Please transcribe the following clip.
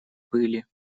пыли